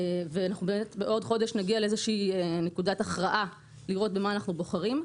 ובעוד חודש נגיע לאיזושהי נקודת הכרעה לראות במה אנחנו בוחרים,